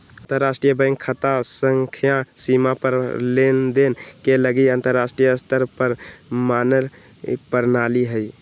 अंतरराष्ट्रीय बैंक खता संख्या सीमा पार लेनदेन के लागी अंतरराष्ट्रीय स्तर पर मान्य प्रणाली हइ